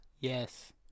yes